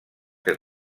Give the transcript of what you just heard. que